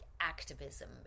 activism